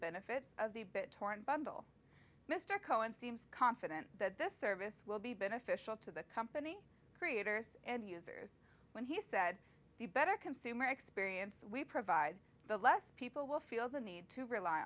benefits of the bit torrent bundle mr cowen seems confident that this service will be beneficial to the company creators and users when he said the better consumer experience we provide the less people will feel the need to rely